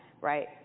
right